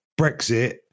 Brexit